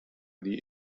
die